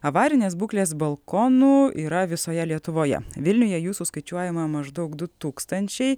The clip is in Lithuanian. avarinės būklės balkonų yra visoje lietuvoje vilniuje jų suskaičiuojama maždaug du tūkstančiai